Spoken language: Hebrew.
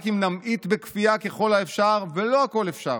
רק אם נמעיט בכפייה ככל האפשר, ולא הכול אפשר,